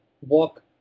walk